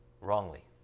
wrongly